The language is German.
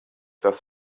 das